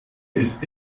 ist